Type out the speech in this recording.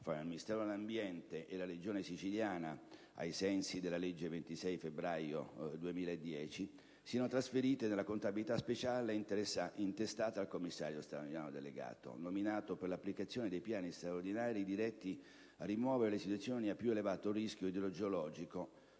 tra il Ministero dell'ambiente e la Regione Siciliana ai sensi della legge 26 febbraio 2010, n. 26, siano trasferite nella contabilità speciale intestata al commissario straordinario delegato nominato per l'applicazione dei piani straordinari diretti a rimuovere le situazioni a più elevato rischio idrogeologico,